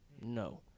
No